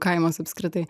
kaimas apskritai